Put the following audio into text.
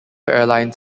airlines